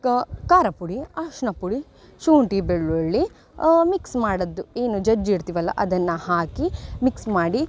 ಕ ಖಾರ ಪುಡಿ ಅರಿಶಿನ ಪುಡಿ ಶುಂಠಿ ಬೆಳ್ಳುಳ್ಳಿ ಮಿಕ್ಸ್ ಮಾಡದು ಏನು ಜಜ್ಜಿ ಇಡ್ತೀವಲ್ಲ ಅದನ್ನು ಹಾಕಿ ಮಿಕ್ಸ್ ಮಾಡಿ